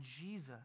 Jesus